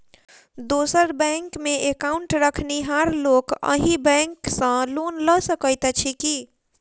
दोसर बैंकमे एकाउन्ट रखनिहार लोक अहि बैंक सँ लोन लऽ सकैत अछि की?